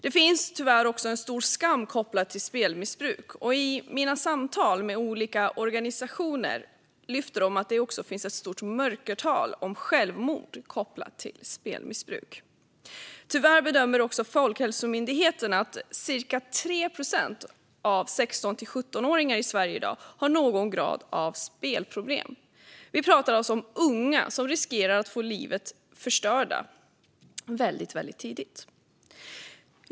Det finns tyvärr även en stor skam kopplat till spelmissbruk, och i mina samtal med olika organisationer lyfter de att det finns ett stort mörkertal gällande självmord kopplat till spelmissbruk. Tyvärr bedömer också Folkhälsomyndigheten att cirka 3 procent av 16-17-åringar i Sverige i dag har någon grad av spelproblem. Vi pratar alltså om unga som riskerar att få livet förstört väldigt tidigt.